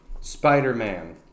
Spider-Man